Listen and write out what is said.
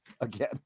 again